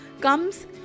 comes